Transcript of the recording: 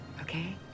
okay